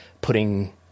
putting